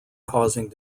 causing